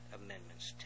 amendments